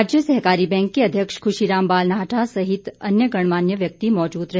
राज्य सहकारी बैंक के अध्यक्ष खुशीराम बालनाटाह सहित अन्य गणमान्य व्यक्ति मौजूद रहे